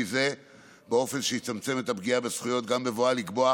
זה באופן שיצמצם את הפגיעה בזכויות גם בבואה לקבוע